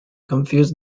confused